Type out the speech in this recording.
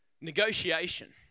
negotiation